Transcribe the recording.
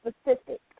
specific